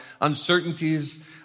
uncertainties